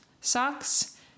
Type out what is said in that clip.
socks